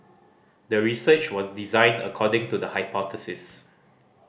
the research was designed according to the hypothesis